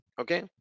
Okay